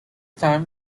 time